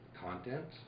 content